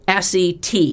SET